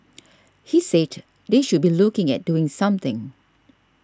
he said they should be looking at doing something